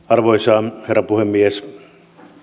arvoisa herra puhemies